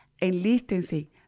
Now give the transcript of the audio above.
enlístense